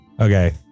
Okay